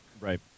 Right